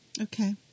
Okay